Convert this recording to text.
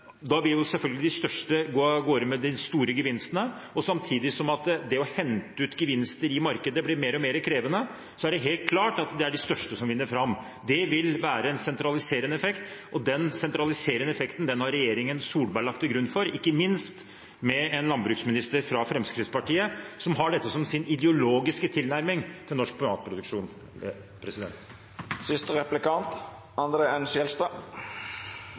Da vil selvfølgelig de største dra av gårde med de store gevinstene. Samtidig som det å hente ut gevinster i markedet blir mer og mer krevende, er det helt klart at det er de største som vinner fram. Det vil være en sentraliserende effekt, og denne sentraliserende effekten har regjeringen Solberg beredt grunnen for, ikke minst med en landbruksminister fra Fremskrittspartiet, som har dette som sin ideologiske tilnærming til norsk